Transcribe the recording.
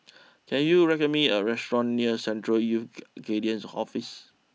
can you recommend me a restaurant near Central Youth Guidance Office